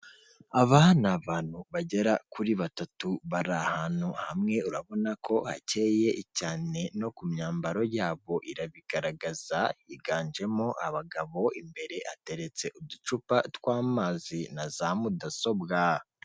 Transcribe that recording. Aba ni abantu bagera kuri batatu bari ahantu hamwe urabona ko hakeye cyane no ku myambaro yabo irabigaragaza, higanjemo abagabo, imbere hateretse uducupa tw'amazi na za mudasobwa.